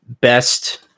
best